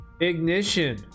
Ignition